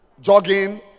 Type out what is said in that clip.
Jogging